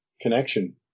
connection